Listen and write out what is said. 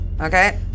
Okay